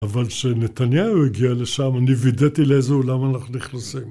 אבל ש...נתניהו הגיע לשם, אני וידאתי לאיזה אולם אנחנו נכנסים.